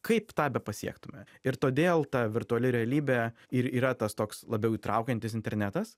kaip tą pasiektumėme ir todėl ta virtuali realybė ir yra tas toks labiau įtraukiantis internetas